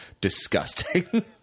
disgusting